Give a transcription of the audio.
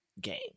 game